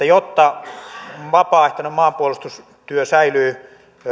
jotta vapaaehtoinen maanpuolustustyö säilyy